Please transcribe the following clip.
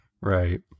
Right